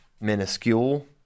minuscule